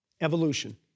evolution